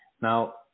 Now